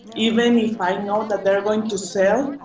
even if i know that they're going to sell.